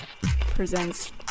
presents